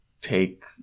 take